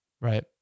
right